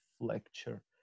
Lecture